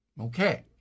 Okay